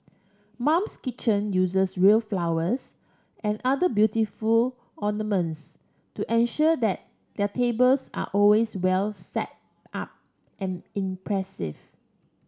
mum's kitchen uses real flowers and other beautiful ornaments to ensure that their tables are always well setup and impressive